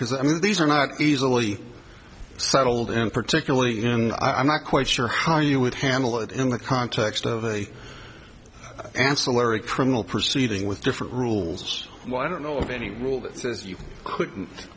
because i mean these are not easily settled in particularly in i'm not quite sure how you would handle it in the context of a ancillary criminal proceeding with different rules while i don't know of any rule that says you couldn't